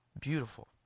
Beautiful